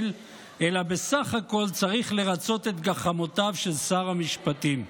אלא בסך הכול צריך לרצות את גחמותיו של שר המשפטים.